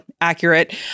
accurate